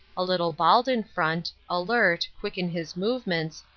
a little bald in front, alert, quick in his movements,